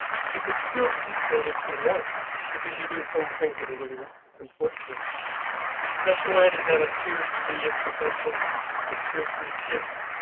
but you can still participate in tier one because you're doing some things that are really important for us special ed is not a tier three intervention for tier three kids.